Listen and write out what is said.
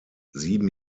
sieben